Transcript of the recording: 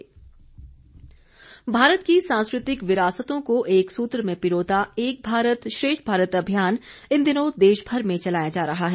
एक भारत श्रेष्ठ भारत भारत की सांस्कृतिक विरासतों को एक सूत्र में पिरोता एक भारत श्रेष्ठ भारत अभियान इन दिनों देशभर में चलाया जा रहा है